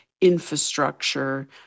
infrastructure